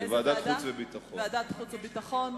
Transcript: לוועדת החוץ והביטחון.